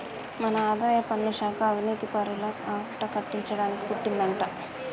మన ఆదాయపన్ను శాఖ అవనీతిపరుల ఆట కట్టించడానికి పుట్టిందంటా